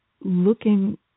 looking